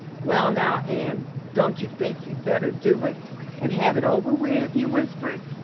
well now, anne, don't you think you'd better do it and have it over with? he whispered.